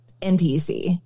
NPC